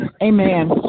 Amen